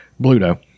Bluto